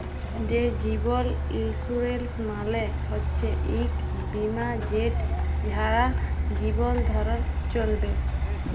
যে জীবল ইলসুরেলস মালে হচ্যে ইকট বিমা যেট ছারা জীবল ধ্যরে চ্যলবেক